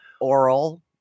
Oral